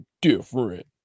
Different